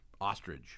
Ostrich